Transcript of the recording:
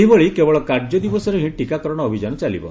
ସେହିଭଳି କେବଳ କାର୍ଯ୍ୟଦିବସରେ ହିଁ ଟିକାକରଣ ଅଭିଯାନ ଚାଲିବ